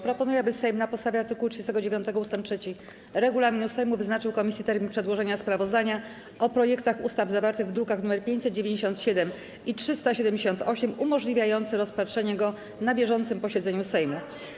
Proponuję, aby Sejm na podstawie art. 39 ust. 3 regulaminu Sejmu wyznaczył komisji termin przedłożenia sprawozdania o projektach ustaw zawartych w drukach nr 597 i 378 umożliwiający rozpatrzenie go na bieżącym posiedzeniu Sejmu.